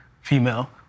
female